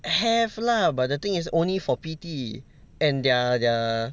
have lah but the thing is only for P_T and their their